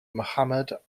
mohammad